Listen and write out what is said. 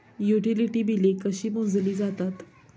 Utility बिले कशी मोजली जातात?